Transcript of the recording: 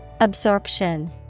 Absorption